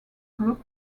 group